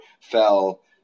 fell